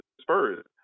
Spurs